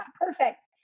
perfect